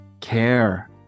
care